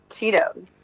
Cheetos